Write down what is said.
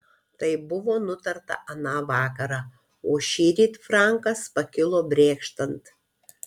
tai buvo nutarta aną vakarą o šįryt frankas pakilo brėkštant